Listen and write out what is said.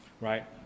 right